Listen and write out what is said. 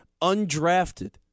undrafted